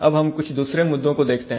अब हम कुछ दूसरे मुद्दों को देखते हैं